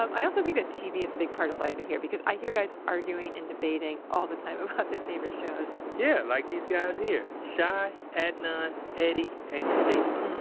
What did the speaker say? ah i also think that tv is a big part of life in here because i hear guys arguing and debating all the time about their favorite shows yeah, like these guys here, shadeed, adnan eddie, and khalifa um